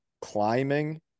climbing